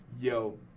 Yo